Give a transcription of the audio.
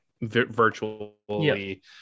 virtually